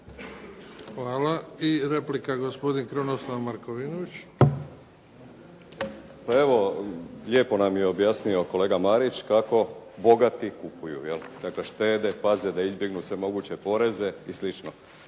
**Markovinović, Krunoslav (HDZ)** Pa evo lijepo nam je objasnio kolega Marić kako bogati kupuju, dakle štede, paze da izbjegnu sve moguće poreze i slično.